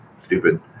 stupid